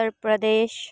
Uttar Pradesh